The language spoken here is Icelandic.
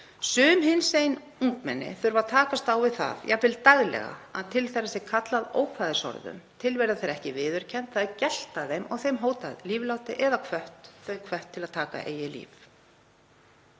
Sum hinsegin ungmenni þurfa að takast á við það, jafnvel daglega, að til þeirra sé kallað ókvæðisorðum, tilvera þeirra ekki viðurkennd, það er gelt að þeim og þeim hótað lífláti eða þau hvött til að taka eigið líf.